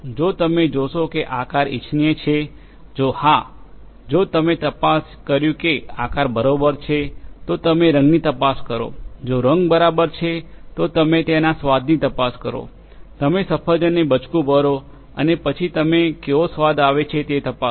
જો તમે જોશો કે આકાર ઇચ્છનીય છે જો હા જો તમે તપાસ કર્યું કે આકાર બરોબર છે તો તમે રંગની તપાસ કરો જો રંગ બરાબર છે તો તમે તેના સ્વાદની તપાસ કરો તમે સફરજનને બચકું ભરો અને પછી તમે કેવો સ્વાદ આવે છે તે તપાસો